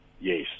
Yes